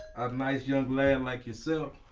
um nice young lad like yourself.